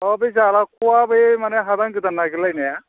अ' बे जालाख'आ बे मानि हादान गोदान नागिरलायनाया